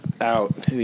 out